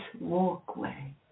walkway